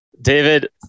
David